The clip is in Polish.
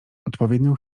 odpowiednią